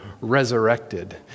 resurrected